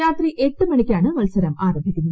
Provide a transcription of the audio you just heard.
രാത്രി എട്ട് മണിക്കാണ് മത്സരം ആരംഭിക്കുന്നത്